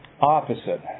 opposite